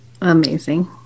Amazing